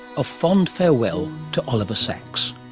a fond farewell to oliver sacks.